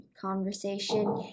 conversation